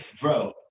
Bro